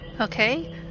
Okay